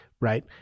right